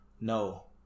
no